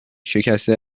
شکسته